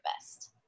best